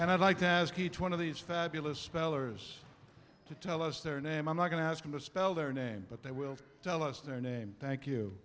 and i'd like to ask each one of these fabulous spellers to tell us their name i'm not going to ask them to spell their name but they will tell us their name thank you